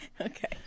Okay